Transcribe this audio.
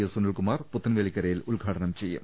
S Sunilkumar പുത്തൻവേലിക്കരയിൽ ഉദ്ഘാടനം ചെയ്യും